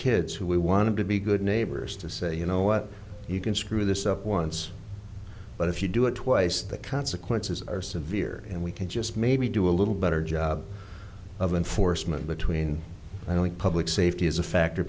kids who we want to be good neighbors to say you know what you can screw this up once but if you do it twice the consequences are severe and we can just maybe do a little better job of enforcement between i don't public safety as a factor